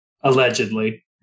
Allegedly